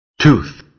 tooth